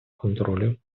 контролю